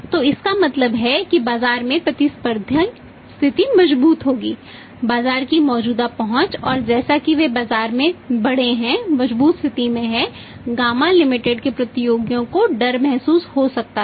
तो इसका मतलब है कि बाजार में प्रतिस्पर्धी स्थिति मजबूत होगी बाजार की मौजूदा पहुंच और जैसा कि वे बाजार में बढ़े हैं मजबूत स्थिति में हैं गामा लिमिटेड के प्रतियोगियों को डर महसूस हो सकता है